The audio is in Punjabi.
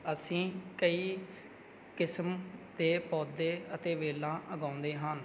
ਅਸੀਂ ਕਈ ਕਿਸਮ ਦੇ ਪੌਦੇ ਅਤੇ ਵੇਲਾਂ ਉਗਾਉਂਦੇ ਹਨ